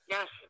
Yes